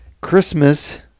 Christmas